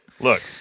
Look